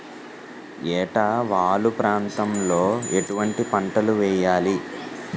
ఏటా వాలు ప్రాంతం లో ఎటువంటి పంటలు వేయాలి?